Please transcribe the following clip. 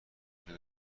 شده